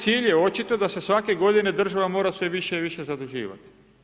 Cilj je očito da se svake g. država mora sve više i više zaduživati.